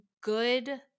good